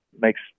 makes